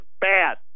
bad